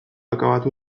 akabatu